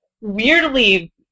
weirdly